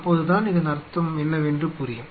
அப்போதுதான் இதன் அர்த்தம் என்னவென்று புரியும்